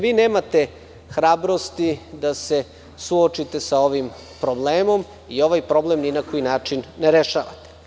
Vi nemate hrabrosti da se suočite sa ovim problemom i ovaj problem ni na koji način ne rešavate.